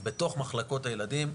אז בתוך מחלקות הילדים,